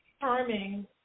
charming